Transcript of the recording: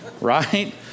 right